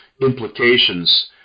implications